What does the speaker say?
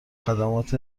خدمات